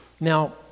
Now